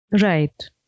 Right